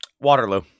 Waterloo